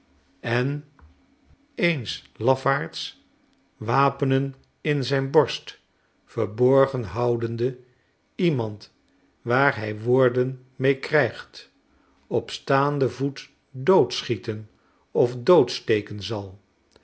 en eens lafaards wapenen in zijn borst verborgen houdende iemand waar hij woorden mee krijgt op staanden voet doodschieten of doodsteken zal